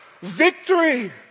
Victory